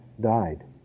died